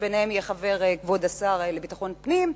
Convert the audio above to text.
שבין חבריה יהיה כבוד השר לביטחון פנים,